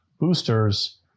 boosters